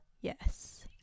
yes